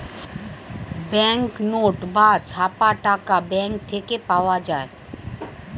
bank note বা ছাপা টাকা ব্যাঙ্ক থেকে পাওয়া যায়